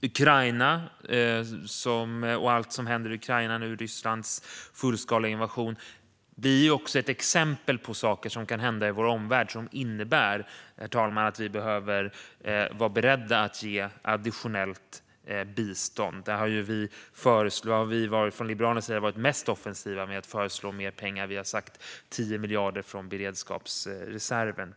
Rysslands fullskaliga invasion av Ukraina och allt som händer i Ukraina nu blir också ett exempel på saker som kan hända i vår omvärld och som innebär, herr talman, att vi behöver vara beredda att ge additionellt bistånd. Vi liberaler har varit mest offensiva med att föreslå mer pengar. Vi har till exempel sagt att 10 miljarder ska tas från beredskapsreserven.